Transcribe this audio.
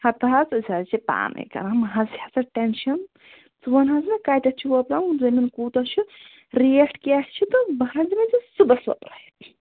ہَتہٕ حظ أسۍ حظ چھِ پانے کَران مٔہ حظ ہے ژٕ ٹٮ۪نشَن ژٕ وَن حظ مےٚ کَتٮ۪تھ چھُ وۅپراوُن زمیٖن کوٗتاہ چھُ ریٹ کیٛاہ چھِ بہٕ حظ دِمے ژےٚ صُبَحس وۅپرٛٲوِتھ